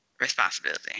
responsibility